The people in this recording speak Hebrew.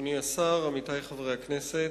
אדוני השר, עמיתי חברי הכנסת,